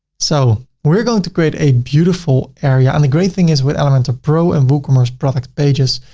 so we're going to create a beautiful area and the great thing is with elementor pro and woocommerce product pages,